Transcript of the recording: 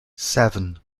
seven